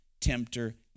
tempter